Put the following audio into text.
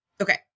Okay